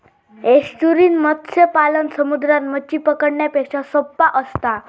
estuarine मत्स्य पालन समुद्रात मच्छी पकडण्यापेक्षा सोप्पा असता